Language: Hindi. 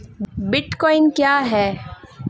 बिटकॉइन क्या है?